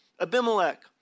Abimelech